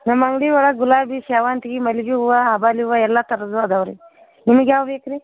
ನಮ್ಮ ಅಂಗಡಿ ಒಳಗೆ ಗುಲಾಬಿ ಸೇವಂತಿಗೆ ಮಲ್ಲಿಗೆ ಹೂವು ಆಬಾಲಿ ಹೂವು ಎಲ್ಲಾ ಥರದ್ದು ಅದಾವ ರೀ ನಿಮಗ್ ಯಾವು ಬೇಕು ರೀ